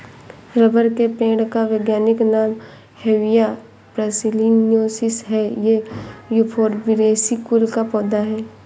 rubber के पेड़ का वैज्ञानिक नाम हेविया ब्रासिलिनेसिस है ये युफोर्बिएसी कुल का पौधा है